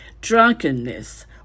drunkenness